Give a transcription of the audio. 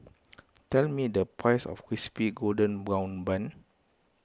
tell me the price of Crispy Golden Brown Bun